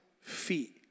feet